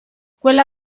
quella